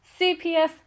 CPS